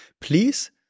please